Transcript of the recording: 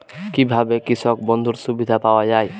কি ভাবে কৃষক বন্ধুর সুবিধা পাওয়া য়ায়?